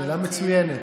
שאלה מצוינת.